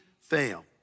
fail